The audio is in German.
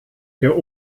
der